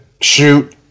shoot